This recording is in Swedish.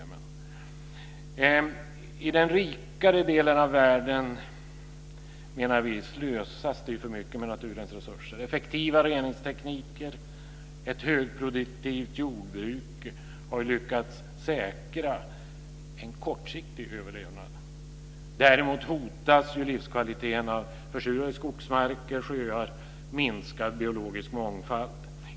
Vi menar att det i den rikare delen av världen slösas för mycket med naturens resurser. Effektiv reningsteknik och ett högproduktivt jordbruk har lyckats säkra en kortsiktig överlevnad. Däremot hotas ju livskvaliteten av försurade skogsmarker och sjöar och minskar biologisk mångfald.